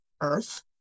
earth